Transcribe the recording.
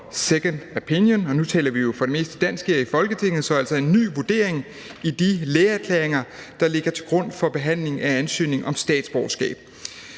second opinion – og nu taler vi for det meste dansk her i Folketinget: så altså en ny vurdering af de lægeerklæringer, der ligger til grund for behandlingen af ansøgningen om statsborgerskab.